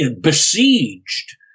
besieged